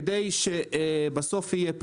כדי שבסוף יהיה פרי.